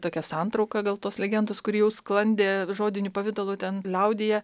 tokią santrauką gal tos legendos kuri jau sklandė žodiniu pavidalu ten liaudyje